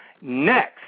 next